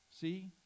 See